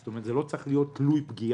זאת אומרת זה לא צריך להיות תלוי פגיעה.